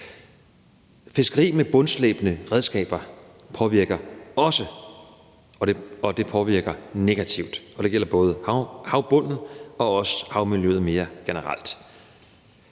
Fiskeri med bundslæbende redskaber påvirker også, og det påvirker negativt. Det gælder både havbunden og havmiljøet mere generelt.